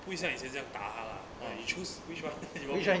不意向打他 lah uh you choose which one you want to lose